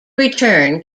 return